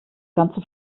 ganze